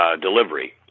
delivery